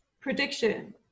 Prediction